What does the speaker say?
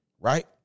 Right